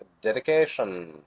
dedication